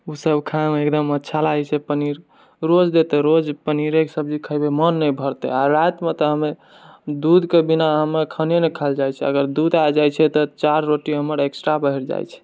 ओ सब खायमे एकदम अच्छा लागैत छै पनीर रोज देते रोज पनीरेके सब्जी खेबै मन नहि भरतै आ रातिमे तऽ हमे दूधके बिना हमे खाने नहि खाएलऽ जाए छै अगर दूध आ जाइत छै तऽ चारि रोटी हमर एक्स्ट्रा बढ़ि जाइत छै